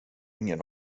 ingen